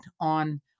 on